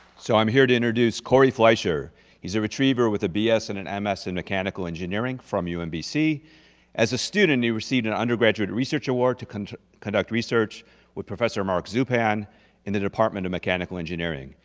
so i'm here to introduce corey fleischer he's a retriever with a b s and an m s in mechanical engineering from umbc. as a student he received an undergraduate research award to conduct conduct research with professor mark zupan in the department of mechanical engineering.